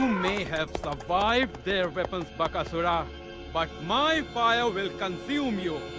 may have survived their weapons, bakasura, but my fire will consume you!